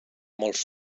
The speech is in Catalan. molts